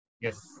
Yes